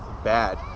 bad